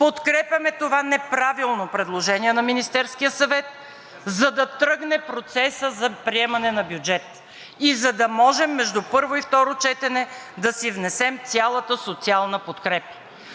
Подкрепяме това неправилно предложение на Министерския съвет, за да тръгне процесът за приемане на бюджет и за да можем между първо и второ четене да си внесем цялата социална подкрепа.